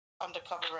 undercover